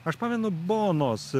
aš pamenu bonos